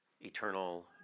eternal